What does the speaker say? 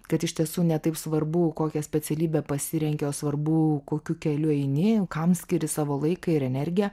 kad iš tiesų ne taip svarbu kokią specialybę pasirenki o svarbu kokiu keliu eini kam skiri savo laiką ir energiją